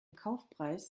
kaufpreis